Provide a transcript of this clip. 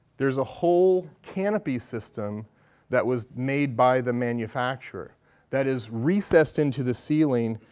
there's a whole canopy system that was made by the manufacturer that is recessed into the ceiling.